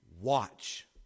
watch